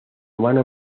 mano